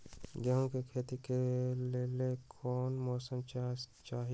गेंहू के खेती के लेल कोन मौसम चाही अई?